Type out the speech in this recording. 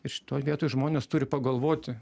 ir šitoj vietoj žmonės turi pagalvoti